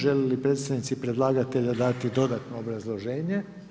Žele li predstavnici predlagatelja dati dodatno obrazloženje?